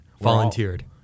volunteered